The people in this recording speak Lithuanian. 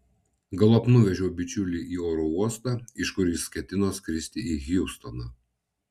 galop nuvežiau bičiulį į oro uostą iš kur jis ketino skristi į hjustoną